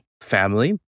family